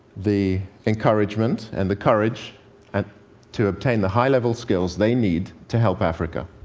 the encouragement and the courage and to obtain the high-level skills they need to help africa.